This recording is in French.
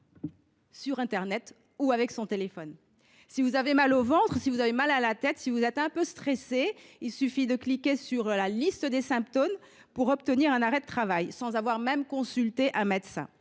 sur internet ou avec son téléphone. Ainsi, si vous avez mal au ventre ou à la tête, si vous êtes un peu stressé, il vous suffit de cliquer sur la liste des symptômes pour obtenir un arrêt de travail, sans même avoir consulté un médecin.